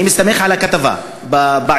אני מסתמך על הכתבה בעיתון.